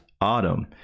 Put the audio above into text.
autumn